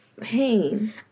Pain